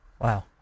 Wow